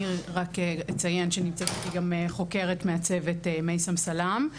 אני רק אציין שנמצאת איתי חוקרת מהצוות - מייסום סלאם.